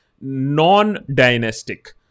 Non-dynastic